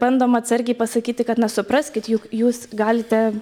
bandoma atsargiai pasakyti kad na supraskit juk jūs galite